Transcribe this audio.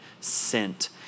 sent